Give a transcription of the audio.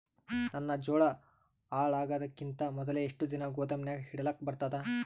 ನನ್ನ ಜೋಳಾ ಹಾಳಾಗದಕ್ಕಿಂತ ಮೊದಲೇ ಎಷ್ಟು ದಿನ ಗೊದಾಮನ್ಯಾಗ ಇಡಲಕ ಬರ್ತಾದ?